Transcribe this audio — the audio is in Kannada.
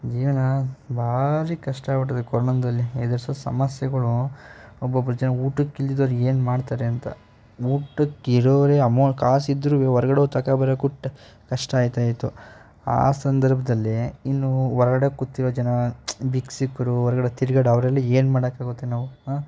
ಜೀವನ ಬಾರಿ ಕಷ್ಟ ಆಗಿಬಿಟ್ಟಿದೆ ಕೊರೊನದಲ್ಲಿ ಎದ್ರುಸಿದ ಸಮಸ್ಯೆಗಳು ಒಬ್ಬೊಬ್ರು ಜನ ಊಟಕ್ಕೆ ಇಲ್ದಿದವ್ರು ಏನು ಮಾಡ್ತಾರೆ ಅಂತ ಊಟಕ್ಕಿರೋರೆ ಅಮೋ ಕಾಸು ಇದ್ದರೂ ಹೊರ್ಗಡೆ ಹೋಗಿ ತಗೊಂಡ್ಬರೋಕೆ ಊಟ್ಟ ಕಷ್ಟ ಆಯಿತಾ ಇತ್ತು ಆ ಸಂದರ್ಭದಲ್ಲಿ ಇನ್ನೂ ಹೊರಗಡೆ ಕೂತಿರೋ ಜನ ಭಿಕ್ಷುಕರು ಹೊರ್ಗಡೆ ತಿರುಗಾಡೊ ಅವರೆಲ್ಲ ಏನು ಮಾಡೋಕ್ಕಾಗುತ್ತೆ ನಾವು ಹಾಂ